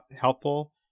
helpful